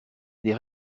des